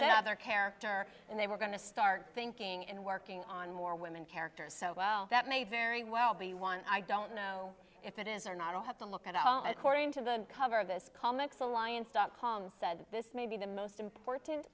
that other character and they were going to start thinking and working on more women characters so well that may very well be one i don't know if it is or not i'll have to look at all according to the cover of this comics alliance dot com said this may be the most important